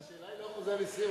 השאלה היא לא חוזה הנישואים,